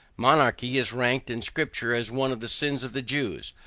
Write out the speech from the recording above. monarchy is ranked in scripture as one of the sins of the jews,